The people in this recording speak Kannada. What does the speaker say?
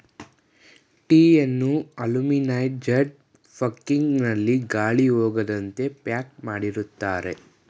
ಟೀಯನ್ನು ಅಲುಮಿನೈಜಡ್ ಫಕಿಂಗ್ ನಲ್ಲಿ ಗಾಳಿ ಹೋಗದಂತೆ ಪ್ಯಾಕ್ ಮಾಡಿರುತ್ತಾರೆ